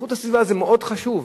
איכות הסביבה זה מאוד חשוב,